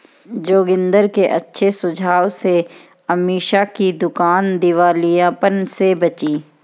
जोगिंदर के अच्छे सुझाव से अमीषा की दुकान दिवालियापन से बची